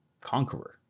conqueror